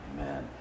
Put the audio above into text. amen